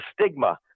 stigma